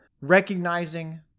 recognizing